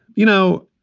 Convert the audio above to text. you know,